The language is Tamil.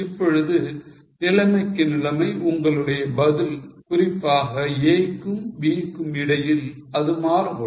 இப்பொழுது நிலைமைக்கு நிலைமை உங்களுடைய பதில் குறிப்பாக A க்கும் B க்கும் இடையில் இது மாறுபடும்